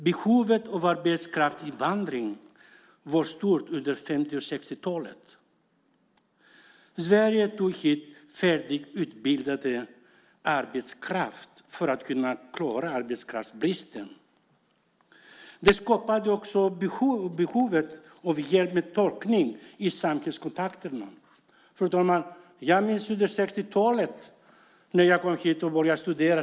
Behovet av arbetskraftsinvandring var stort under 50 och 60-talen. Sverige tog hit färdigutbildad arbetskraft för att kunna klara arbetskraftsbristen. Det skapade också behov av hjälp med tolkning i samhällskontakterna. Fru talman! Jag minns under 60-talet, när jag kom hit och började studera.